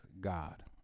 God